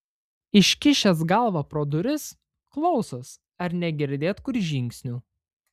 iškišęs galvą pro duris klausos ar negirdėt kur žingsnių